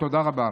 תודה רבה.